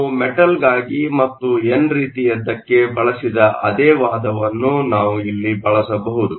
ನಾವು ಮೆಟಲ್ಗಾಗಿ ಮತ್ತು ಎನ್ ರೀತಿಯದ್ದಕ್ಕೆ ಬಳಸಿದ ಅದೇ ವಾದವನ್ನು ನಾವು ಇಲ್ಲಿ ಬಳಸಬಹುದು